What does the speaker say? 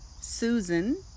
Susan